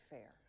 Fair